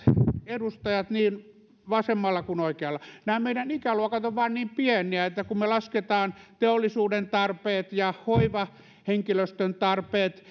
edustajat niin vasemmalla kuin oikealla nämä meidän ikäluokat vain ovat niin pieniä että kun lasketaan teollisuuden tarpeet ja hoivahenkilöstön tarpeet